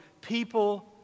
people